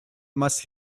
must